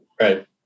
Right